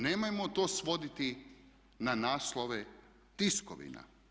Nemojmo to svoditi na naslove tiskovina.